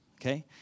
Okay